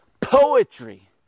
poetry